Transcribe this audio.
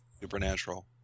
supernatural